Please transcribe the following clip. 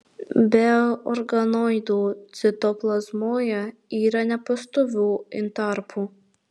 be organoidų citoplazmoje yra nepastovių intarpų